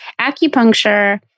Acupuncture